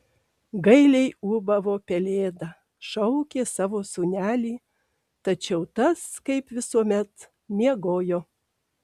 gailiai ūbavo pelėda šaukė savo sūnelį tačiau tas kaip visuomet miegojo